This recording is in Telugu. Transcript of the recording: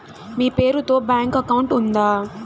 మీ పేరు తో బ్యాంకు అకౌంట్ ఉందా?